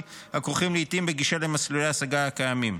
הכרוכים לעיתים בגישה למסלולי ההשגה הקיימים.